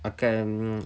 akan